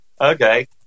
okay